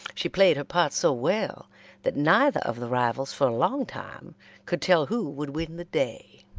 she played her part so well that neither of the rivals for a long time could tell who would win the day.